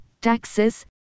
taxes